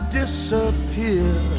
disappear